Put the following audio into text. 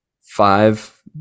five